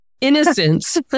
innocence